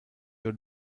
your